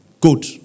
Good